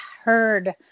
heard